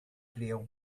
crieu